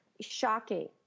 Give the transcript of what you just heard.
shocking